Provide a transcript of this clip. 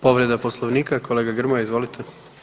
Povreda Poslovnika, kolega Grmoja, izvolite.